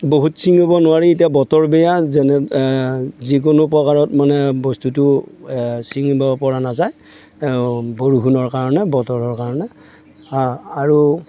বহুত চিঙিব নোৱাৰি এতিয়া বতৰ বেয়া যেনে যিকোনো প্ৰকাৰত মানে বস্তুটো চিঙিব পৰা নাযায় বৰষুণৰ কাৰণে বতৰৰ কাৰণে হাঁ আৰু